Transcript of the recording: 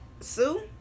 sue